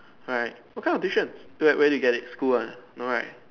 right what kind of tuition to ah where do you get it school one no right